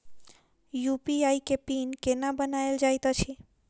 UPI केँ PIN केना बनायल जाइत अछि